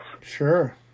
Sure